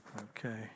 Okay